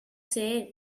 safe